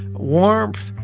warmth,